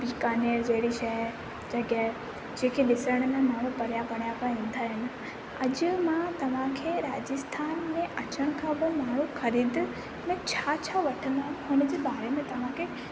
बीकानेर जहिड़ी शइ जॻहि जेकी ॾिसणु माण्हूं परियां परियां खां ईंदा आहिनि अॼु मां तव्हां खे राजस्थान में अचण खां पोइ माण्हूं ख़रीद में छा छा वठंदा आहिनि उन जे बारे में तव्हां खे